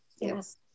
Yes